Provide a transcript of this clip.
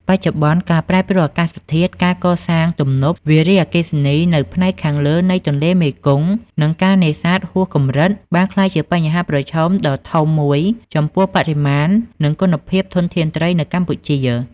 បច្ចុប្បន្ន ការប្រែប្រួលអាកាសធាតុ ការកសាងទំនប់វារីអគ្គិសនីនៅផ្នែកខាងលើនៃទន្លេមេគង្គ និងការនេសាទហួសកម្រិត បានក្លាយជាបញ្ហាប្រឈមដ៏ធំមួយចំពោះបរិមាណ និងគុណភាពធនធានត្រីនៅកម្ពុជា។